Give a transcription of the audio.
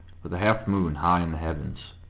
with a half-moon high in the heavens,